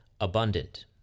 abundant